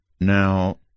Now